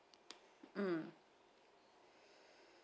mm